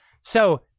So-